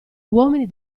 uomini